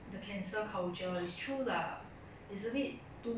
!haiya! I mean I'm not in her shoes I don't really understand